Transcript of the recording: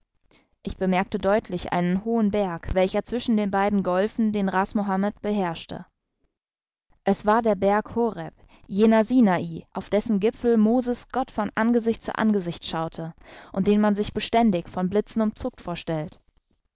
ich bemerkte deutlich einen hohen berg welcher zwischen den beiden golfen den ras mohammed beherrschte es war der berg horeb jener sinai auf dessen gipfel moses gott von angesicht zu angesicht schaute und den man sich beständig von blitzen umzuckt vorstellt